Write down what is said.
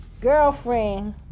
Girlfriend